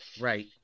Right